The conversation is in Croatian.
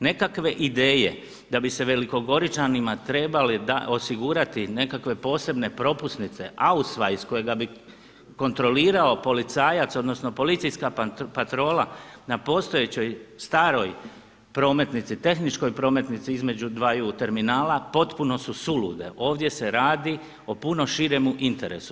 Nekakve ideje da bi se velikogorinačanima trebalo osigurati nekakve posebne propusnice ausweise, kojega bi kontrolirao policajac, odnosno policijska patrola na postojećoj staroj prometnici, tehničkoj prometnici između dvaju terminala potpuno su suludne, ovdje se radi o puno širemu interesu.